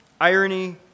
irony